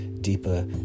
deeper